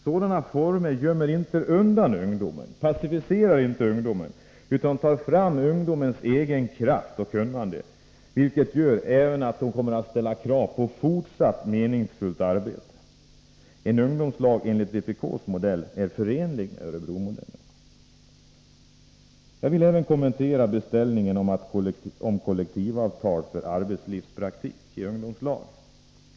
Sådana former för att motverka arbetslösheten gömmer inte undan och passiverar ungdomen, utan de tar fram ungdomens egen kraft och kunnande, vilket gör att ungdomarna kommer att ställa krav på fortsatt meningsfullt arbete. En ungdomslag enligt vpk:s modell är förenlig med Örebromodellen. Jag vill även kommentera beställningen av kollektivavtal för arbetslivspraktik i ungdomslag.